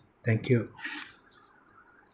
thank you